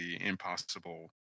impossible